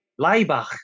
Leibach